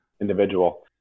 individual